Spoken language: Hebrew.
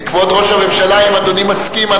כבוד ראש הממשלה, אם אדוני מסכים,